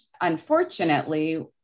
unfortunately